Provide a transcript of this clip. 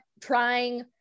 trying